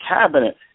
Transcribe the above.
cabinet